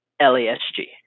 L-E-S-G